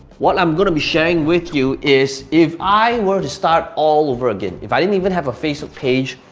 what i'm gonna be sharing with you is if i were to start all over again, if i didn't even have a facebook page,